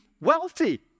wealthy